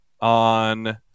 on